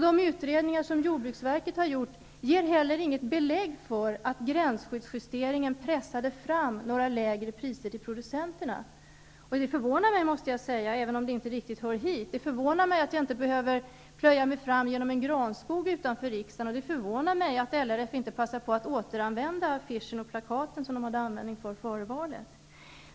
De utredningar som jordbruksverket har gjort ger heller inget belägg för att gränsskyddsjusteringen pressat fram lägre priser till producenterna. Det förvånar mig, måste jag säga, även om det inte riktigt hör hit, att jag inte behöver plöja mig fram genom en granskog utanför riksdagen, och det förvånar mig att LRF inte passar på att återanvända affischerna och plakaten som kom till användning före valet.